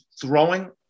throwing –